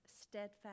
steadfast